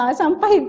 sampai